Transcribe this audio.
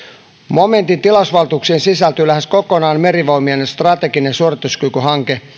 momentin tilausvaltuuksiin sisältyy lähes kokonaan merivoimien strateginen suorituskykyhanke